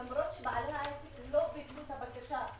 למרות שבעלי העסק לא ביטלו את הבקשה.